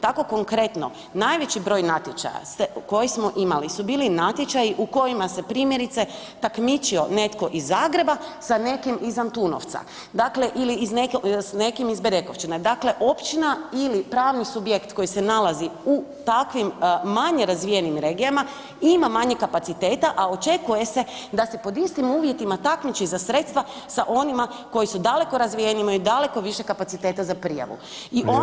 Tako konkretno najveći broj natječaja koje smo imali su bili natječaji u kojima se primjerice takmičio neko iz Zagreba sa nekim iz Antunovca ili s nekim iz BEdekovčine, dakle općina ili pravni subjekt koji se nalazi u takvim manje razvijenim regijama ima manje kapaciteta, a očekuje se da se pod istim uvjetima takmiči za sredstva sa onima koji su daleko razvijeniji i imaju daleko više kapaciteta za prijavu [[Upadica Ante Sanader: Vrijeme.]] ok.